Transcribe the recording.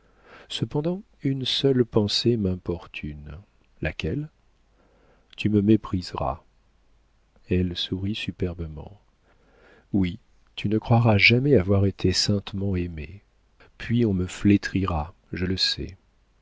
cependant une seule pensée m'importune laquelle tu me mépriseras elle sourit superbement oui tu ne croiras jamais avoir été saintement aimée puis on me flétrira je le sais